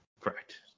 Correct